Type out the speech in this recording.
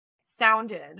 sounded